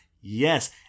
Yes